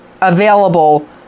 available